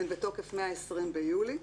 הן בתוקף מה-20 ביולי,